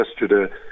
yesterday